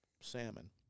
salmon